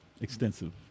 Extensive